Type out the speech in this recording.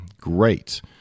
great